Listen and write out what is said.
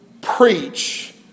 Preach